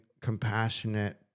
compassionate